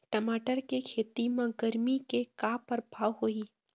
टमाटर के खेती म गरमी के का परभाव होही?